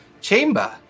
chamber